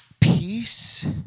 peace